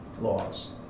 laws